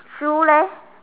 shoe leh